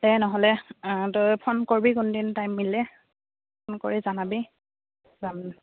দে নহ'লে তই ফোন কৰিবি কোনদিন টাইম মিলে ফোন কৰি জনাবি যাম